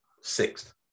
sixth